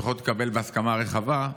שצריכות להתקבל בהסכמה רחבה,